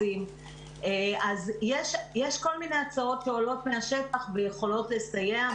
יש כל מיני הצעות שעולות מהשטח ויכולות לסייע.